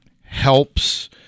helps